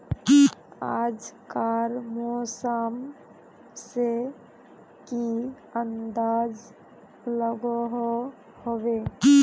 आज कार मौसम से की अंदाज लागोहो होबे?